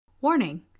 Warning